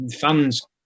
fans